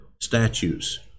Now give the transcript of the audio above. statues